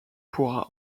pourra